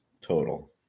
Total